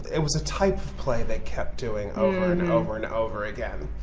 it was a type of play they kept doing over and over and over again.